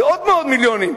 זה עוד ועוד מיליונים,